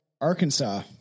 Arkansas